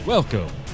Welcome